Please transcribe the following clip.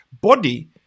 body